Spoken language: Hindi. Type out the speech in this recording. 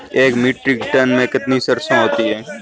एक मीट्रिक टन में कितनी सरसों होती है?